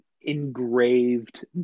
engraved